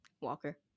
Walker